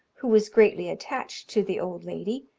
who was greatly attached to the old lady,